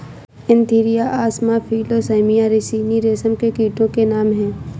Antheraea असामा फिलोसामिया रिसिनी रेशम के कीटो के नाम हैं